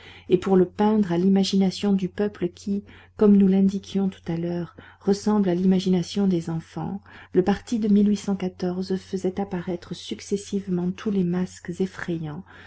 et pour le peindre à l'imagination du peuple qui comme nous l'indiquions tout à l'heure ressemble à l'imagination des enfants le parti de faisait apparaître successivement tous les masques effrayants